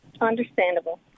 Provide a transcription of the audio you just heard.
Understandable